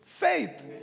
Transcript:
faith